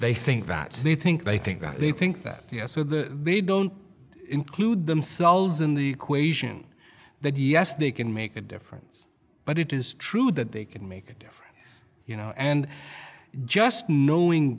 they think that they think they think that they think that we are so they don't include themselves in the equation that yes they can make a difference but it is true that they can make a difference you know and just knowing